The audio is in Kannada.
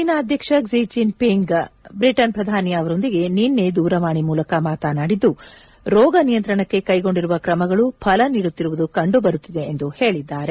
ಚೀನಾ ಅಧ್ಯಕ್ಷ ಕ್ಸಿ ಜಿನ್ ಪಿಂಗ್ ಬ್ರಿಟನ್ ಪ್ರಧಾನಿ ಅವರೊಂದಿಗೆ ನಿನ್ನೆ ದೂರವಾಣಿ ಮೂಲಕ ಮಾತನಾಡಿದ್ದು ರೋಗ ನಿಯಂತ್ರಣಕ್ಕೆ ಕೈಗೊಂಡಿರುವ ಕ್ರಮಗಳು ಫಲ ನೀಡುತ್ತಿರುವುದು ಕಂಡು ಬರುತ್ತಿದೆ ಎಂದು ಹೇಳಿದ್ದಾರೆ